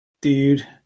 dude